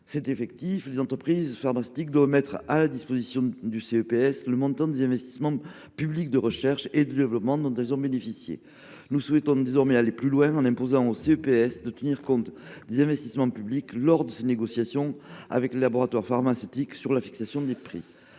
exploitant certains médicaments doivent mettre à la disposition du CEPS le montant des investissements publics de recherche et développement dont elles ont bénéficié. Nous souhaitons désormais aller plus loin en imposant au CEPS de tenir compte des investissements publics lors de ses négociations avec les laboratoires pharmaceutiques sur la fixation des prix